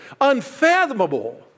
unfathomable